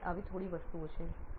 કારણકે આવી થોડી વસ્તુઓ છે